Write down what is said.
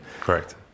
correct